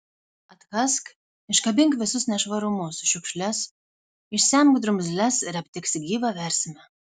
atkask iškabink visus nešvarumus šiukšles išsemk drumzles ir aptiksi gyvą versmę